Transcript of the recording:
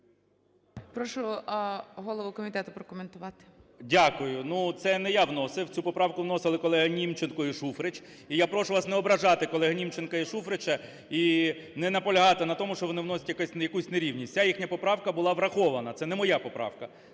Прошу голову комітету прокоментувати. 17:31:52 КНЯЖИЦЬКИЙ М.Л. Дякую. Ну, це не я вносив, цю поправку вносили колеги Німченко і Шуфрич. І я прошу вас не ображати колег Німченка і Шуфрича і не наполягати на тому, що вони вносять якусь нерівність. Ця їхня поправка була врахована. Це не моя поправка.